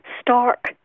stark